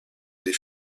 des